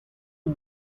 out